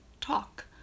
talk